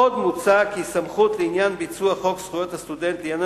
עוד מוצע כי הסמכות לעניין ביצוע חוק זכויות הסטודנט לעניין